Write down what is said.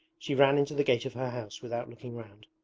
she ran into the gate of her house without looking round.